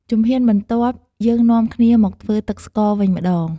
ជំហានបន្ទាប់ យើងនាំគ្នាមកធ្វើទឹកស្ករវិញម្ដង។